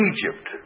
Egypt